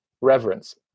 reverence